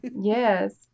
Yes